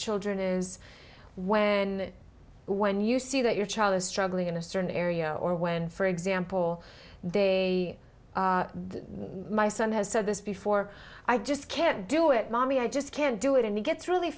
children is when when you see that your child is struggling in a certain area or when for example they my son has said this before i just can't do it mommy i just can't do it and he gets really